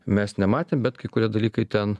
mes nematėm bet kai kurie dalykai ten